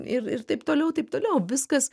ir ir taip toliau taip toliau viskas